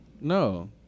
no